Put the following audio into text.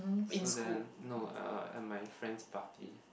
so then no uh at my friend's party